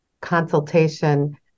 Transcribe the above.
consultation